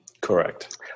Correct